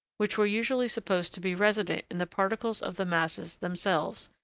which were usually supposed to be resident in the particles of the masses themselves,